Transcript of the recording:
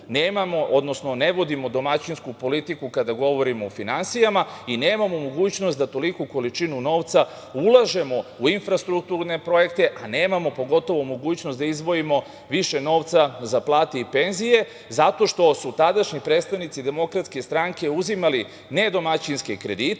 odnosno ne vodimo domaćinsku politiku kada govorimo o finansijama i nemamo mogućnost da toliku količinu novca ulažemo u infrastrukturne projekte, a nemamo pogotovo mogućnost da izdvojimo više novca za plate i penzije, zato što su tadašnji predstavnici DS uzimali nedomaćinske kredite,